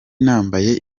nambaye